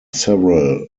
several